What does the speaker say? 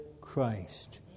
Christ